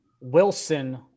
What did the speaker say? Wilson